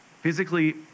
physically